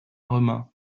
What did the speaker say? romain